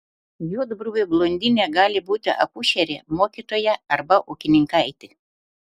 juodbruvė blondinė gali būti akušerė mokytoja arba ūkininkaitė